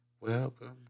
Welcome